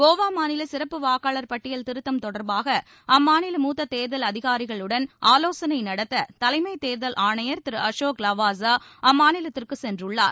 கோவா மாநில சிறப்பு வாக்காளர் பட்டியல் திருத்தம் தொடர்பாக அம்மாநில மூத்த தேர்தல் அதிகாரிகளுடன் ஆலோசனை நடத்த தலைமை தேர்தல் ஆணையர் திரு அலோக் லாவாசா அம்மாநிலத்திற்கு சென்றுள்ளார்